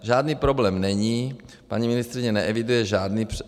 Žádný problém není, paní ministryně neeviduje žádný převis.